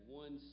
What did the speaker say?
one